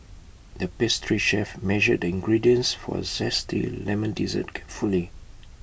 the pastry chef measured the ingredients for A Zesty Lemon Dessert carefully